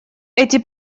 эти